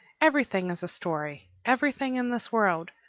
everything is a story everything in this world.